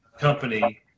company